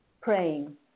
praying